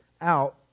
out